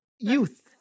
Youth